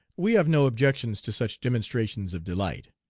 we have no objections to such demonstrations of delight.